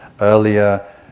earlier